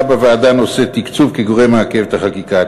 עלה בוועדה נושא התקצוב כגורם מעכב את החקיקה.